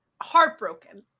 Heartbroken